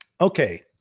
Okay